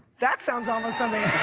that sounds almost